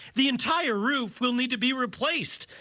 the entire roof will need to be replaced.